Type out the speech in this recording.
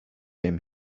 him